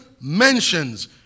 mentions